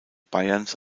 bayerns